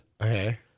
Okay